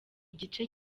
igice